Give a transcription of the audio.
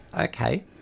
Okay